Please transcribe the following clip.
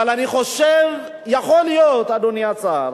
אבל אני חושב, יכול להיות, אדוני היושב-ראש,